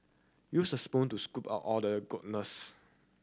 use a spoon to scoop out all the goodness